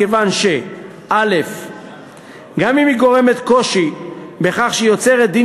מכיוון שגם אם היא גורמת קושי בכך שהיא יוצרת דין